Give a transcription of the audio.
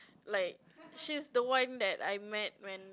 like she's the one that I met when